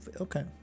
Okay